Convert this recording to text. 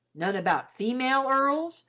none about female earls?